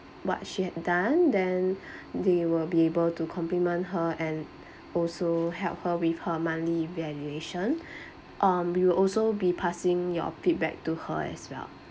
what she had done then they will be able to compliment her and also help her with her monthly evaluation um we will also be passing your feedback to her as well